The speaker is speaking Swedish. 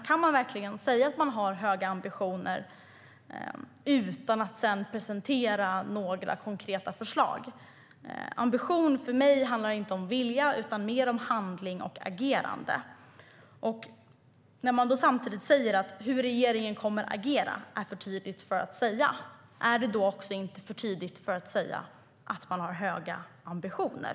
Kan man verkligen säga att man har höga ambitioner utan att sedan presentera några konkreta förslag? För mig handlar ambition inte om vilja utan mer om handling och agerande. När man säger att det är för tidigt att säga hur regeringen kommer att agera, är det då inte för tidigt att säga att man har höga ambitioner?